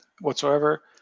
whatsoever